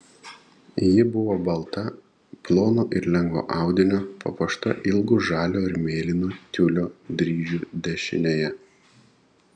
ji buvo balta plono ir lengvo audinio papuošta ilgu žalio ir mėlyno tiulio dryžiu dešinėje